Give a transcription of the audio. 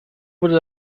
wurde